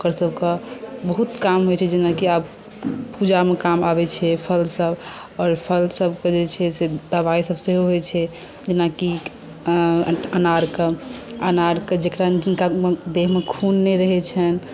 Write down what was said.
ओकरसभके बहुत काम होइत छै जेनाकि आब पूजामे काम अबैत छै फलसभ आओर फलसभके जे छै से दवाइसभ सेहो होइत छै जेनाकि अनारके अनारके जकरा जिनका देहमे खून नहि रहैत छनि